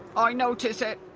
i notice it!